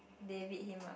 they beat him up